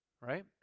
right